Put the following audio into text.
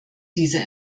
diese